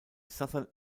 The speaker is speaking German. southern